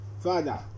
Father